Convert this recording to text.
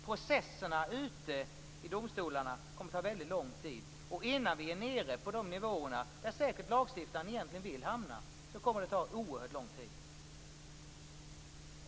Processerna ute i domstolarna kommer att ta väldigt lång tid, och innan vi är nere på de nivåer där lagstiftaren säkert egentligen vill hamna kommer det att ta oerhört lång tid.